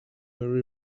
were